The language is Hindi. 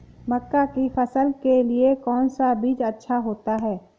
मक्का की फसल के लिए कौन सा बीज अच्छा होता है?